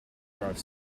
drive